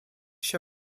się